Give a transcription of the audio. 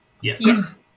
Yes